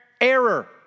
Error